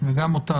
אותה